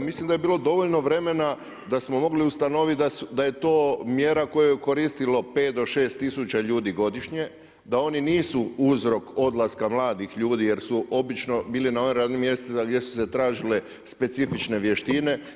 mislim da je bilo dovoljno vremena da smo mogli ustanoviti da je to mjera koju je koristilo 5 do 6 tisuća ljudi godišnje, da oni nisu uzrok odlaska mladih ljudi jer su obično bili na onim radnim mjestima gdje su se tražile specifične vještine.